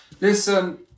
listen